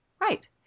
Right